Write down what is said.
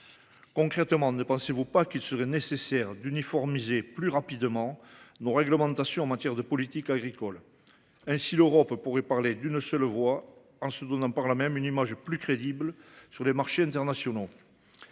Concrètement, ne pensez-vous pas qu’il est nécessaire d’uniformiser plus rapidement les réglementations encadrant nos politiques agricoles ? Ainsi, l’Europe pourrait parler d’une seule voix en se donnant, par là même, une image plus crédible sur les marchés internationaux.